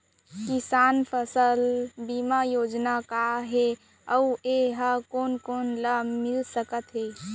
किसान फसल बीमा योजना का हे अऊ ए हा कोन कोन ला मिलिस सकत हे?